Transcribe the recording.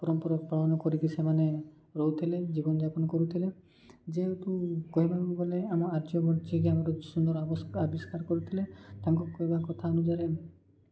ପରମ୍ପରା ପାଳନ କରିକି ସେମାନେ ରହୁଥିଲେ ଜୀବନ ଯାପନ କରୁଥିଲେ ଯେହେତୁ କହିବାକୁ ଗଲେ ଆମ ଆର୍ଯ୍ୟ ବର୍ଜିକା ଆମର ସୁନ୍ଦର ଆବିଷ୍କାର କରୁଥିଲେ ତାଙ୍କ କହିବା କଥା ଅନୁସାରେ